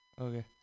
Okay